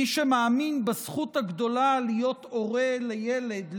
מי שמאמין בזכות הגדולה להיות הורה לילד,